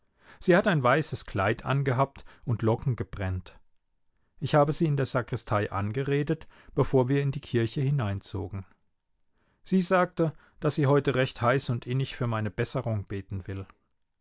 sie hat ein weißes kleid angehabt und locken gebrennt ich habe sie in der sakristei angeredet bevor wir in die kirche hineinzogen sie sagte daß sie heute recht heiß und innig für meine besserung beten will